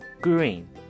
green